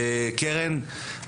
קרן,